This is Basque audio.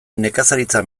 nekazaritza